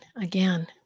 Again